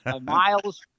miles